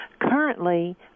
Currently